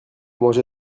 manger